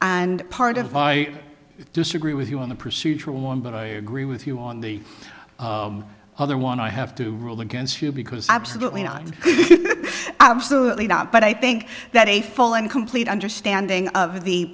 and part of i disagree with you on the procedural one but i agree with you on the other one i have to rule against you because absolutely not absolutely not but i think that a full and complete understanding of the